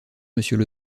monsieur